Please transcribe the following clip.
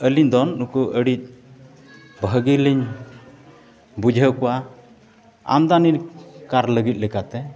ᱟᱹᱞᱤᱧ ᱫᱚ ᱱᱩᱠᱩ ᱟᱹᱰᱤ ᱵᱷᱟᱹᱜᱤ ᱞᱤᱧ ᱵᱩᱡᱷᱟᱹᱣ ᱠᱚᱣᱟ ᱟᱢᱫᱟᱱᱤ ᱠᱟᱨ ᱞᱟᱹᱜᱤᱫ ᱞᱮᱠᱟᱛᱮ